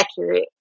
accurate